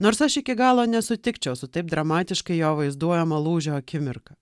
nors aš iki galo nesutikčiau su taip dramatiškai jo vaizduojama lūžio akimirka